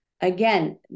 Again